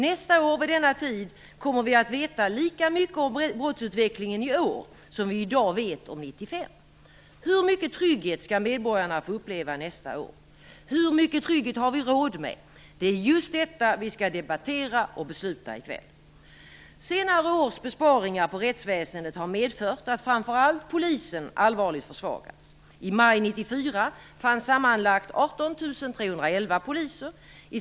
Nästa år vid denna tid kommer vi att veta lika mycket om brottsutvecklingen i år som vi i dag vet om 1995. Hur mycket trygghet skall medborgarna få uppleva nästa år? Hur mycket trygghet har vi råd med? Det är just detta vi skall debattera och besluta i kväll. Senare års besparingar på rättsväsendet har medfört att framför allt polisen allvarligt försvagats.